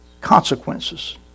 consequences